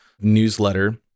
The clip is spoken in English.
newsletter